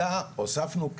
אלא הוספנו,